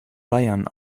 bayern